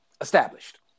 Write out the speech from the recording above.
established